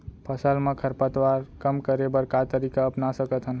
फसल मा खरपतवार कम करे बर का तरीका अपना सकत हन?